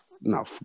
No